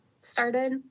started